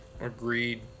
Agreed